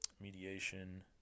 mediation